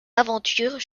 aventure